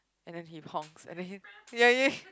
and then he honks and then he yeah yeah yeah